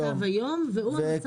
וזה המצב היום, והוא המצב הכי מכביד.